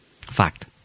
Fact